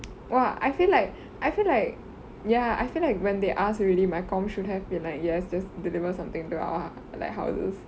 !wah! I feel like I feel like ya I feel like when they ask already my com should have been like yes just deliver something to our like houses